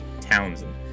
Townsend